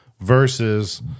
Versus